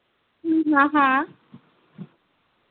हां हां